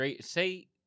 say